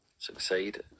succeed